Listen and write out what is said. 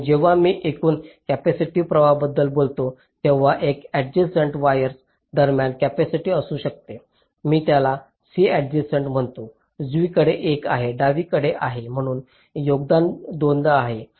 म्हणून जेव्हा मी एकूण कॅपेसिटिव्ह प्रभावाबद्दल बोलतो तेव्हा या ऍड्जसेन्ट वायर्स दरम्यान कपॅसिटीन्स असू शकते मी त्याला C ऍड्जसेन्ट म्हणतो उजवीकडे एक आहे डावीकडील आहे म्हणून योगदान दोनदा आहे